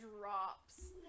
drops